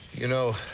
you know,